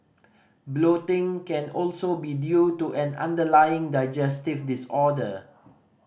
bloating can also be due to an underlying digestive disorder